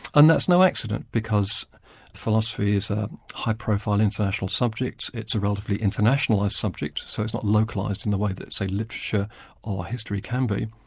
and that's no accident because philosophy is a high profile international subject, it's a relatively internationalist subject, so it's not localised in the way that say, leiterature or history can be.